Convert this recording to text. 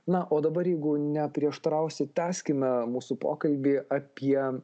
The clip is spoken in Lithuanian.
na o dabar jeigu neprieštarausi tęskime mūsų pokalbį apie